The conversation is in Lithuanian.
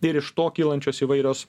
ir iš to kylančios įvairios